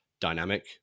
dynamic